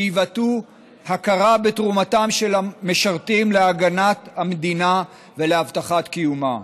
שיבטאו הכרה בתרומתם של המשרתים להגנת המדינה ולהבטחת קיומה.